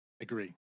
Agree